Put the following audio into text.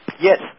Yes